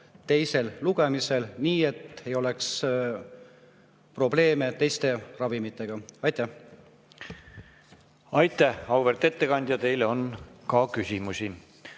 teisel lugemisel, et ei oleks probleeme teiste ravimitega. Aitäh! Aitäh, auväärt ettekandja! Teile on ka küsimusi.